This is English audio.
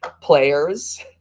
players